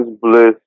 bliss